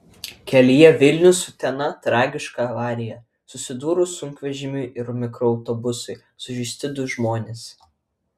kelyje vilnius utena tragiška avarija susidūrus sunkvežimiui ir mikroautobusui sužeisti du žmonės